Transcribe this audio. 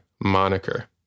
moniker